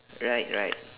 right right